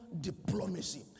diplomacy